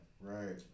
right